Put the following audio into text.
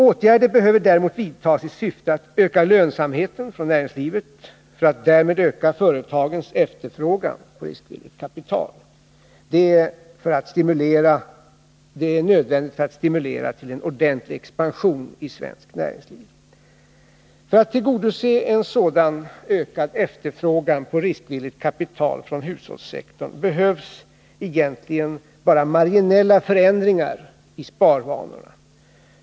Åtgärder behöver däremot vidtas i syfte att öka lönsamheten inom näringslivet för att därmed öka företagens efterfrågan på riskvilligt kapital. Det är nödvändigt för att stimulera till en ordentlig expansion av svenskt näringsliv. För att en sådan ökad efterfrågan på riskvilligt kapital ifrån hushållssektorn skall kunna tillgodoses behövs egentligen bara marginella förändringar i sparvanorna.